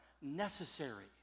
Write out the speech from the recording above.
necessary